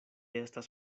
estas